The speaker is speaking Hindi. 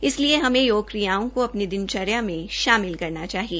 इसलिए हमेंयोग क्रियाओं को अपनी दिनचर्या में शामिल करना चाहिए